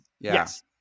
Yes